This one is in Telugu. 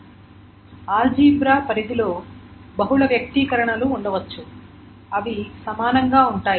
స్లైడ్ సమయం 0015 దగ్గర చూడండి ఆల్జీబ్రా పరిధిలో బహుళ వ్యక్తీకరణలు ఉండవచ్చు అవి సమానంగా ఉంటాయి